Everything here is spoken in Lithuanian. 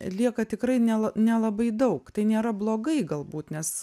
lieka tikrai nela nelabai daug tai nėra blogai galbūt nes